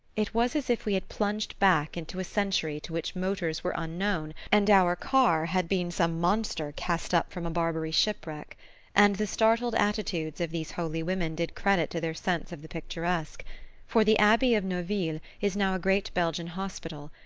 it was as if we had plunged back into a century to which motors were unknown and our car had been some monster cast up from a barbary shipwreck and the startled attitudes of these holy women did credit to their sense of the picturesque for the abbey of neuville is now a great belgian hospital,